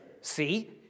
See